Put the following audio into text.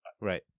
Right